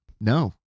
no